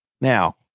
Now